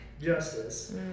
justice